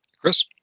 chris